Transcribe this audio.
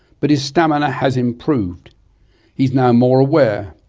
but his stamina has improved he's now more aware,